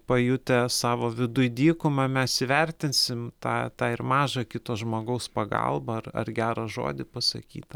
pajutę savo viduj dykumą mes įvertinsim tą tą ir mažą kito žmogaus pagalbą ar ar gerą žodį pasakytą